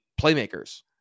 playmakers